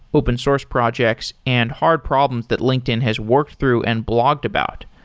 open source projects and hard problems that linkedin has worked through and blogged about.